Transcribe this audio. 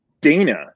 Dana